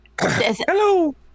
Hello